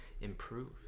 improve